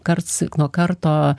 karts nuo karto